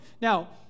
Now